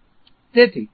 ' તેથી